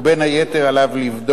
של בית-המשפט על התהליך כבר מראשיתו של